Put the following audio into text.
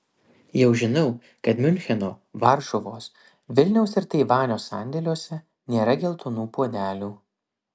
jau žinau kad miuncheno varšuvos vilniaus ir taivanio sandėliuose nėra geltonų puodelių